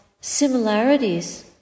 similarities